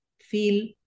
feel